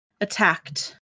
attacked